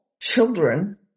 children